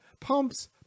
pumps